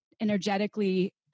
energetically